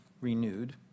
renewed